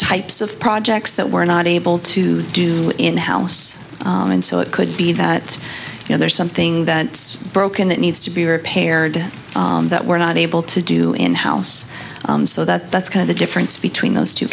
types of projects that we're not able to do in house and so it could be that you know there's something that it's broken that needs to be repaired that we're not able to do in house so that that's kind of the difference between those two